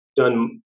done